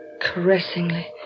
caressingly